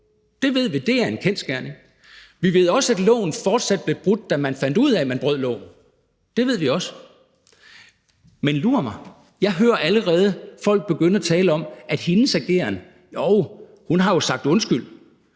det ved vi, det er en kendsgerning. Vi ved også, at loven fortsat blev brudt, da man fandt ud af, at man brød loven; det ved vi også. Men lur mig, om man ikke – jeg hører allerede folk begynde at tale om i forbindelse med hendes ageren, at hun jo har sagt undskyld,